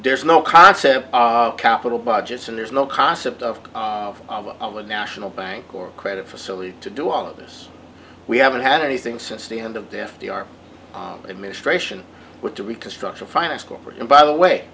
there's no concept of capital budgets and there's no concept of of of a national bank or credit facility to do all of this we haven't had anything since the end of the f d r administration with the reconstruction finance corporation by the way